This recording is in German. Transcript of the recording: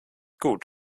gut